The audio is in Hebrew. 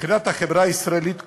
מבחינת החברה הישראלית כולה,